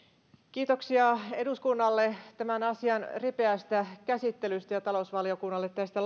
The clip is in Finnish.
kiitoksia eduskunnalle tämän asian ripeästä käsittelystä ja talousvaliokunnalle tästä